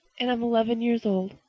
and i'm eleven years old.